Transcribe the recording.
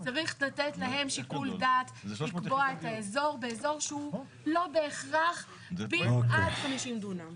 צריך לתת להם שיקול דעת לקבוע את האזור באזור שהוא לא בהכרח עד 50 דונם.